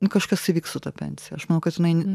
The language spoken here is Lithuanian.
nu kažkas įvyks su ta pensija aš manau kad jinai